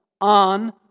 on